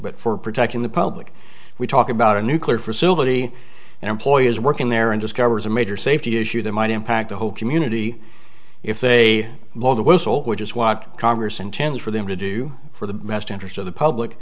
but for protecting the public we talk about a nuclear facility and employees working there and discovers a major safety issue that might impact the whole community if they blow the whistle which is walk congress intended for them to do for the best interest of the public